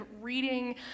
reading